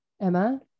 Emma